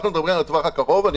אנחנו מדברים על הטווח הקרוב.